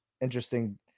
interesting